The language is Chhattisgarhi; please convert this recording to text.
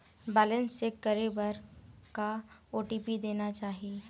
बैलेंस चेक करे बर का ओ.टी.पी देना चाही?